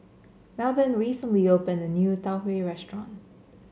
Melbourne recently opened a new Tau Huay restaurant